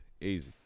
Easy